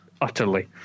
utterly